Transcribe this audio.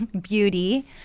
beauty